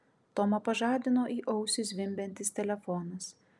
tomą pažadino į ausį zvimbiantis telefonas